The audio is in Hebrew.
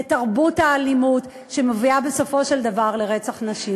לתרבות האלימות שמובילה בסופו של דבר לרצח נשים.